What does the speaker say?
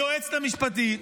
היועצת המשפטית,